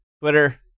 Twitter